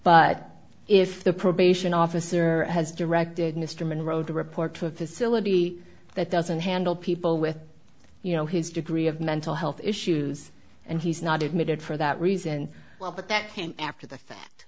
but if the probation officer has directed mr monroe to report to a facility that doesn't handle people with you know his degree of mental health issues and he's not admitted for that reason well but that came after the